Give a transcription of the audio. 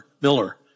Miller